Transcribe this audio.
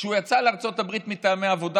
כשהוא יצא לארצות הברית מטעמי עבודה,